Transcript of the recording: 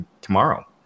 tomorrow